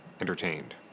entertained